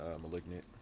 Malignant